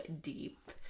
deep